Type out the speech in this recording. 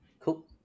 Cool